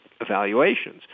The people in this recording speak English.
evaluations